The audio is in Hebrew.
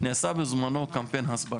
קמפיין הסברה.